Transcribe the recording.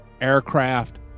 aircraft